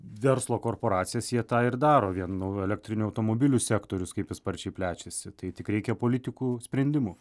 verslo korporacijas jie tą ir daro vien nu elektrinių automobilių sektorius kaip sparčiai plečiasi tai tik reikia politikų sprindimų